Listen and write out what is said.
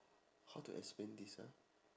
how to explain this ah